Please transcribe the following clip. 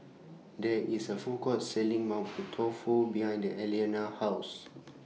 There IS A Food Court Selling Mapo Tofu behind Aliana's House